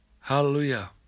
Hallelujah